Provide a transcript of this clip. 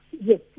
yes